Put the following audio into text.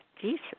Jesus